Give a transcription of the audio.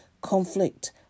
conflict